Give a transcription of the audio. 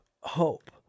hope